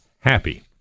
happy